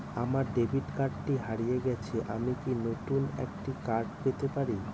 আমার ডেবিট কার্ডটি হারিয়ে গেছে আমি কি নতুন একটি কার্ড পেতে পারি?